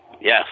Yes